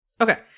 Okay